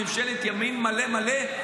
ממשלת ימין מלא מלא,